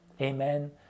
Amen